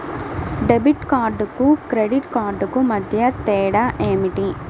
Debit కార్డుకు credit కార్డుకు మధ్య తేడా ఏమిటీ?